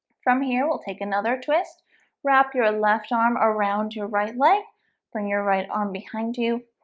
from here, we'll take another twist wrap your left arm around your right leg bring your right arm behind you